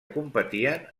competien